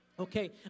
Okay